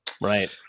right